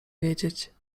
wiedzieć